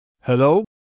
Hello